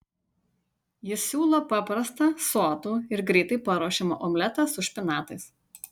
jis siūlo paprastą sotų ir greitai paruošiamą omletą su špinatais